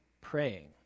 praying